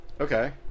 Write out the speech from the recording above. Okay